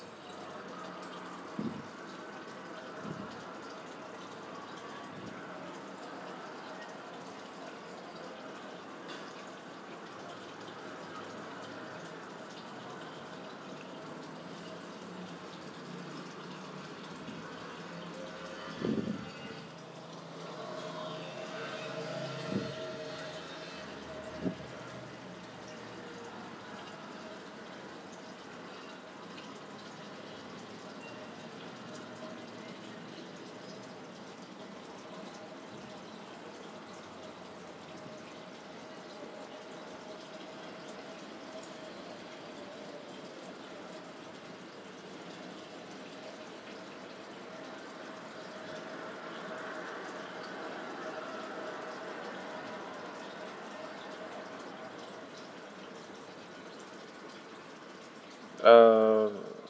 uh